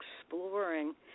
exploring